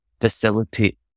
facilitate